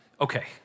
Okay